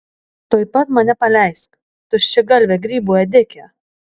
tuoj pat mane paleisk tuščiagalve grybų ėdike